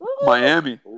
Miami